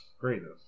Greatness